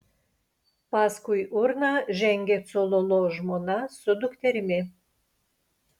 paskui urną žengė cololo žmona su dukterimi